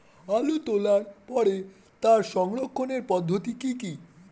আলু তোলার পরে তার সংরক্ষণের পদ্ধতি কি কি?